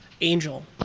Angel